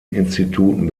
instituten